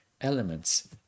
elements